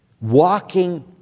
walking